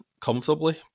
comfortably